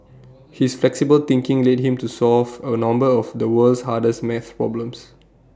his flexible thinking led him to solve A number of the world's hardest math problems